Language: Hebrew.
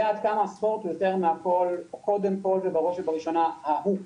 יודע כמה יותר מהכל, בראש ובראשונה ההוק